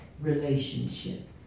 relationship